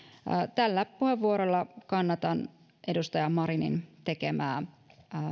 tällä puheenvuorolla kannatan edustaja marinin tekemää